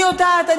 אני יודעת.